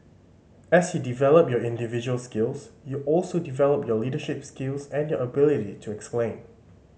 as you develop your individual skills you also develop your leadership skills and your ability to explain